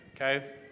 Okay